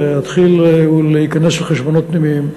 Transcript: להתחיל להיכנס לחשבונות פנימיים.